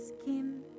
skin